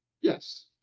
Yes